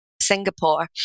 Singapore